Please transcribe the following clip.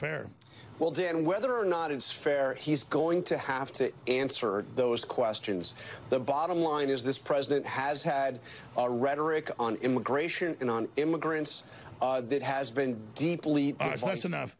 fair well dan whether or not it's fair he's going to have to answer those questions the bottom line is this president has had a rhetoric on immigration on immigrants that has been deeply nice enough